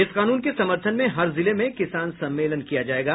इस कानून के समर्थन में हर जिले में किसान सम्मेलन किया जायेगा